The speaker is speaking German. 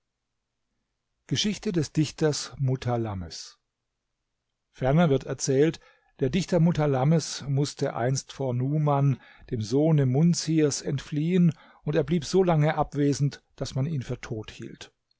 geschichte des dichters mutalammes ferner wird erzählt der dichter mutalammes mußte einst vor numan dem sohne munzirs entfliehen und er blieb so lange abwesend daß man ihn für tot hielt